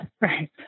Right